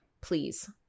please